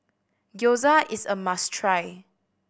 gyoza is a must try